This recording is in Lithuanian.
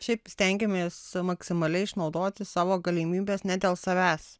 šiaip stengiamės maksimaliai išnaudoti savo galimybes ne dėl savęs